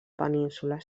península